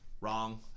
Wrong